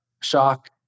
shock